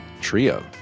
trio